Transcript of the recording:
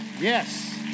Yes